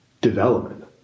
development